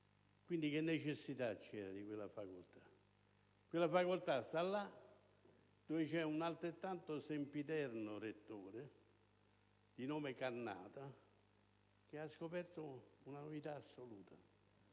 Quindi, che necessità c'era di quella facoltà? Sta là dove c'è un sempiterno rettore di nome Cannata, che ha scoperto una novità assoluta: